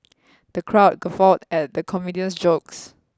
the crowd guffawed at the comedian's jokes